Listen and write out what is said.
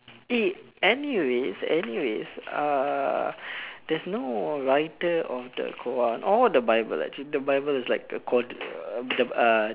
eh anyways anyways uh there's no writer of the Quran or the Bible actually the Bible is like a cor~ uh